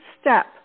step